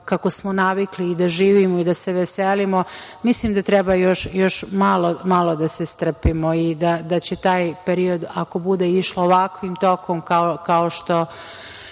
kako smo navikli da živimo i da se veselimo, mislim da treba još malo da se strpimo i da će taj period, ako bude išlo ovakvim tokom kao što